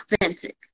authentic